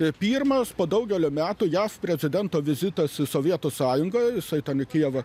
pirmas po daugelio metų jav prezidento vizitas sovietų sąjungoj jisai ten į kijevą